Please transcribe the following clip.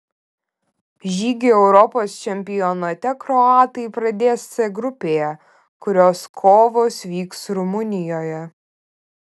žygį europos čempionate kroatai pradės c grupėje kurios kovos vyks rumunijoje